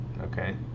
okay